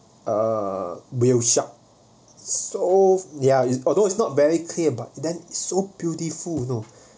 uh real shark so ya it's although it's not very clear but then it so beautiful you know